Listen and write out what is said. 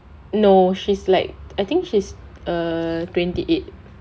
no she's like I think she's err twenty eight